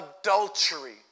adultery